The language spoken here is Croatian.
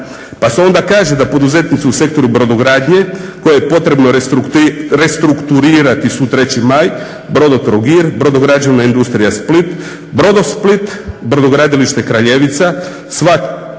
Pa se onda kaže da poduzetnici u sektoru brodogradnje koje je potrebno restrukturirati su 3.maj, Brodotrogir, Brodograđevna industrija Split, Brodosplit, Brodogradilište Kraljevica. Sva